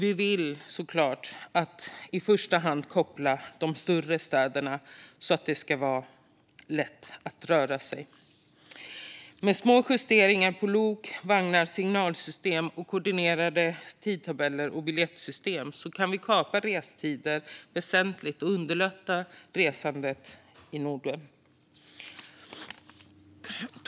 Vi vill såklart i första hand koppla ihop de större städerna så att det blir lätt att röra sig mellan dem. Med små justeringar av lok, vagnar och signalsystem samt koordinerade tidtabeller och biljettsystem kan restider kapas väsentligt och resandet i Norden underlättas.